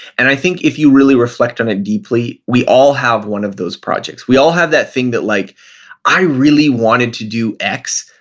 and i think if you really reflect on it deeply, we all have one of those projects. we all have that thing that, like i really wanted to do x,